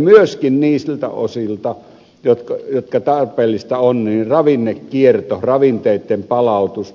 myöskin niiltä osilta jotka tarpeellisia ovat ravinnekierto ravinteitten palautus